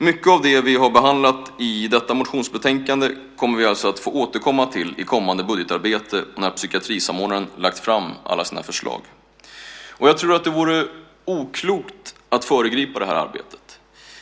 Mycket av det vi har behandlat i detta motionsbetänkande kommer vi alltså att få återkomma till i kommande budgetarbete när psykiatrisamordnaren har lagt fram alla sina förslag. Jag tror att det vore oklokt att föregripa det arbetet.